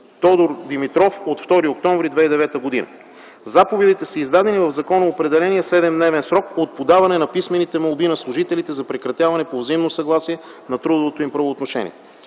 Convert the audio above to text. Тодор Димитров – от 2 октомври 2009 г. Заповедите са издадени в законоустановения 7-дневен срок от подаване на писмените молби на служителите за прекратяване по взаимно съгласие на трудовото им правоотношение.